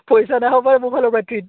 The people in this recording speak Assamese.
পইচা দেখা পাই মোৰ পৰা ল'বা ট্ৰিট